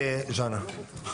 אחד הדברים,